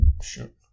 shoot